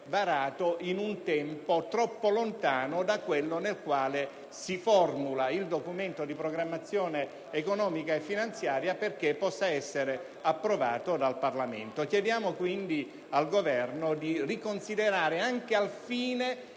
varato in un tempo troppo lontano da quello nel quale si formula il Documento di programmazione economico-finanziaria perché possa essere approvato dal Parlamento. Chiediamo quindi al Governo di riconsiderare la questione,